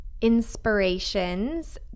inspirations